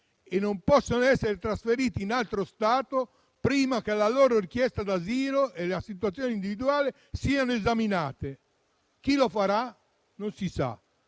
e non possono essere trasferite in altro Stato prima che la loro richiesta d'asilo e la situazione individuale siano esaminate. Chi lo farà? Non si sa.